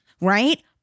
right